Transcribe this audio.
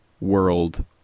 world